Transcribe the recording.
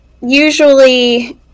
usually